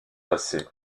passé